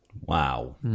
Wow